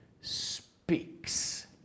speaks